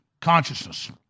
consciousness